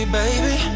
baby